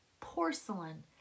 porcelain